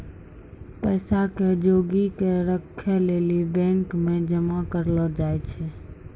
पैसा के जोगी क राखै लेली बैंक मे जमा करलो जाय छै